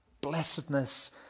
Blessedness